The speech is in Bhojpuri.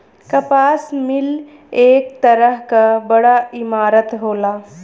कपास मिल एक तरह क बड़ा इमारत होला